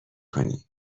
کنی